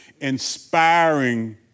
inspiring